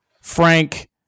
Frank